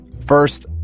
First